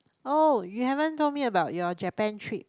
oh you haven't told me about your Japan trip